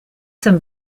some